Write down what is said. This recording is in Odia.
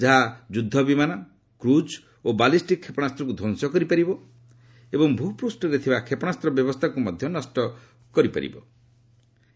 ଏହା ଯୁଦ୍ଧବିମାନ କ୍ରଜ୍ ଓ ବାଲିଷ୍ଟିକ୍ କ୍ଷେପଶାସ୍ତକୁ ଧ୍ୱଂସ କରିପାରିବ ଏବଂ ଭୂପୃଷ୍ଠରେ ଥିବା କ୍ଷେପଶାସ୍ତ ବ୍ୟବସ୍ଥାକୁ ମଧ୍ୟ ନଷ୍ଟ କରିବାର କ୍ଷମତା ରଖିଛି